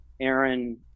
Aaron